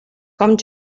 com